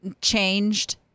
changed